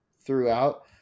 throughout